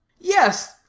Yes